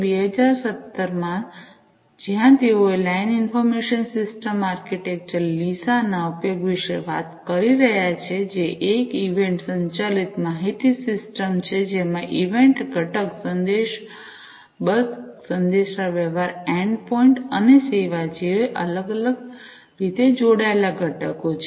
2017 માં જ્યાં તેઓ line information system architecture LISA ના ઉપયોગ વિશે વાત કરી રહ્યા છે જે એક ઇવેન્ટ સંચાલિત માહિતી સિસ્ટમ છે જેમાં ઇવેન્ટ ઘટક સંદેશ બસ સંદેશાવ્યવહાર એન્ડપોઇન્ટ અને સેવા જેવા અલગ અલગ રીતે જોડાયેલા ઘટકો છે